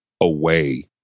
away